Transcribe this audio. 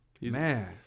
Man